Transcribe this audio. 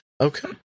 Okay